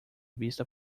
vista